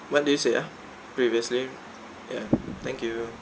what did you say ah previously ya thank you